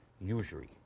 usury